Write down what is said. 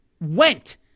went